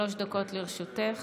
שלוש דקות לרשותך.